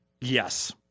Yes